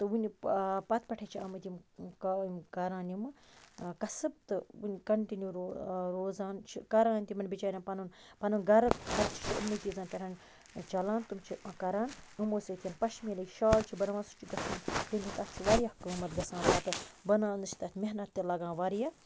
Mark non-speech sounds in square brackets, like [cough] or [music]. تہٕ وُنہِ پَتہٕ پیٚٹھے چھِ آمٕتۍ یِم کَران یمہٕ قصب تہٕ کَنٹِنیو روزان چھِ کَران تِمَن بِچاریٚن پَنُن پنُن گرٕ [unintelligible] کَران تمو سۭتۍ پَشمیٖنٕکۍ شال چھ بَناوان سُہ چھ گَژھان تتھ چھُ واریاہ قۭمت گَژھان بَناونَس چھِ تتھ محنت تہِ لَگان واریاہ